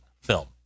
film